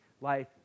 life